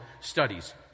studies